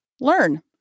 Learn